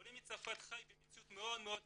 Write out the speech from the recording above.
העולה מצרפת חי במציאות מאד מאוד קשה,